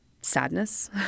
sadness